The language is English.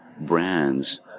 brands